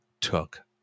took